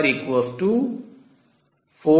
Cnn 1